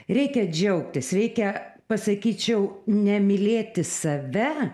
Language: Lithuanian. reikia džiaugtis reikia pasakyčiau ne mylėti save